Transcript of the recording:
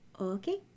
Okay